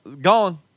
Gone